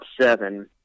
seven